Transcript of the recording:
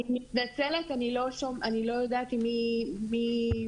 אני מתנצלת, אני לא יודעת מי מדברת עכשיו.